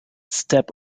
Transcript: step